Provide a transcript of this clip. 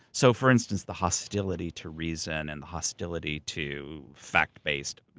so, for instance, the hostility to reason and the hostility to fact based.